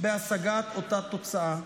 בהשגת אותה תוצאה.